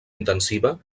intensiva